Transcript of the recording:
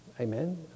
Amen